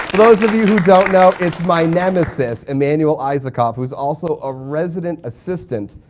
those of you who don't know, it's my nemesis, emanuel isakov, who's also a resident assistant.